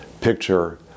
picture